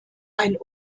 ein